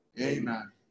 Amen